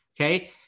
Okay